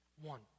One